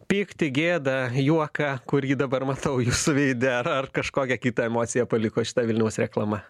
pyktį gėdą juoką kurį dabar matau jūsų veide ar ar kažkokią kitą emociją paliko šita vilniaus reklama